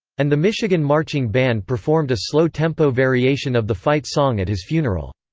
and the michigan marching band performed a slow-tempo variation of the fight song at his funeral.